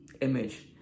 image